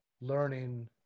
learning